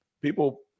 People –